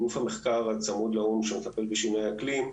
גוף המחקר הצמוד לאו"ם שמטפל בשינויי האקלים,